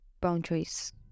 boundaries